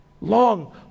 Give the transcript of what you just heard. Long